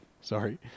Sorry